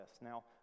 Now